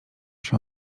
się